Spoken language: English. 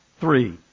Three